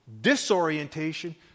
disorientation